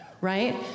right